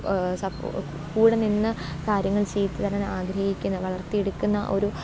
കൂടെ നിന്ന് കാര്യങ്ങൾ ചെയ്ത് തരാൻ ആഗ്രഹിക്കുന്ന വളർത്തി എടുക്കുന്ന ഒരു